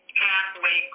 pathway